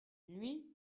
lui